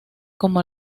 como